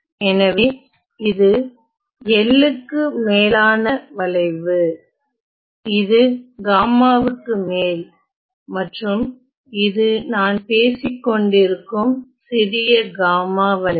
எனவே இது L க்கு மேலான வளைவு இது காமாவுக்கு மேல் மற்றும் இது நான் பேசிக்கொண்டிருக்கும் சிறிய காமா வளைவு